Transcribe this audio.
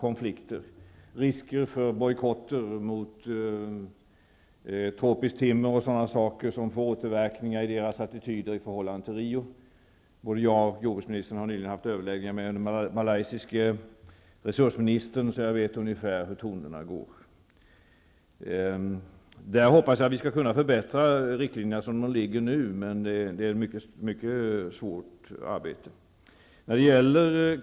Risker finns för bojkotter mot exempelvis tropiskt timmer, och detta får återverkningar i dessa länders attityder i förhållande till Riokonferensen. Både jag och jordbruksministern har nyligen haft överläggningar med den malaysiske resursministern, så jag vet ungefär vilken inställning man har. Jag hoppas att vi skall kunna förbättra riktlinjerna utifrån hur de ligger nu, men det är ett mycket svårt arbete.